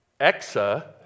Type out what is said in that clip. Exa